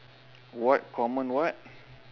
what common what